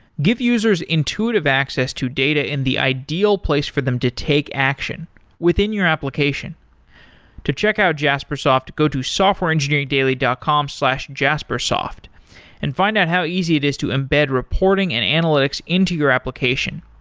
give users intuitive access to data in the ideal place for them to take action within your application to check out jaspersoft, go to softwareengineeringdaily dot com slash jaspersoft and find out how easy it is to embed reporting and analytics into your application.